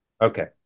Okay